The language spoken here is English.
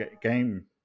game